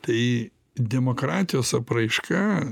tai demokratijos apraiška